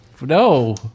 No